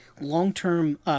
long-term